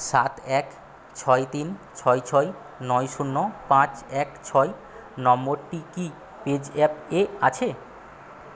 সাত এক ছয় তিন ছয় ছয় নয় শূন্য পাঁচ এক ছয় নম্বরটি কি পে জ্যাপে আছে